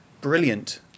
brilliant